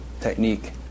technique